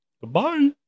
Goodbye